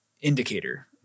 indicator